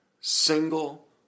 single